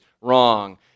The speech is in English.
wrong